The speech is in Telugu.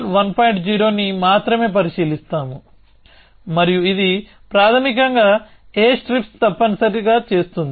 0 ని మాత్రమే పరిశీలిస్తాము మరియు ఇది ప్రాథమికంగా ఏ స్ట్రిప్స్ తప్పనిసరిగా చేస్తుంది